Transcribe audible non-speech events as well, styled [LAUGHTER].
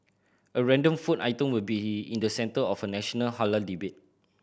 a random food item will be [UNINTELLIGIBLE] in the centre of a national halal debate